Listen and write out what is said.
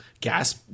gas